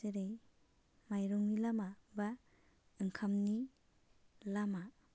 जेरै माइरंनि लामा एबा ओंखामनि लामा